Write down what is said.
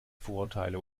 vorurteile